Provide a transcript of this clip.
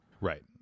right